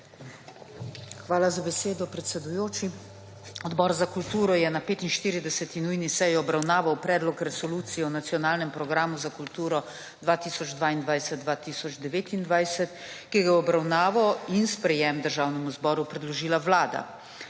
Hvala za besedo, predsedujoči. Odbor za kulturo je na 45. nujni seji obravnaval predlog Resolucije o Nacionalnem programu za kulturo 2022-2029, ki ga je v obravnavo in sprejem Državnemu zboru predložila Vlada.